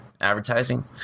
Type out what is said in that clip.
advertising